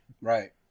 Right